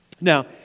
Now